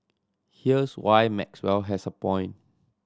here's why Maxwell has a point